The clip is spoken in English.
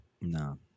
no